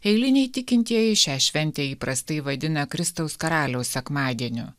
eiliniai tikintieji šią šventę įprastai vadina kristaus karaliaus sekmadieniu